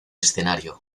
escenario